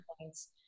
points